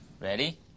Ready